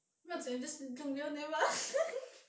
不用紧你 just 用 real name lah